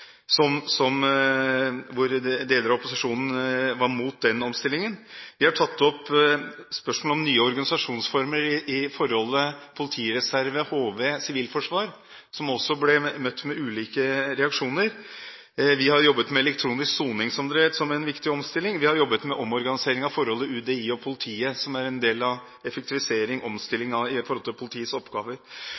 som deler av opposisjonen var imot. Vi har tatt opp spørsmålet om nye organisasjonsformer i forholdet politireserven, HV og Sivilforsvaret, som også ble møtt med ulike reaksjoner. Vi har jobbet med elektronisk soning som en viktig omstilling. Vi har jobbet med omorganisering av UDI og politiet, som er en del av effektivisering og omstilling av politiets oppgaver.